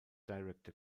director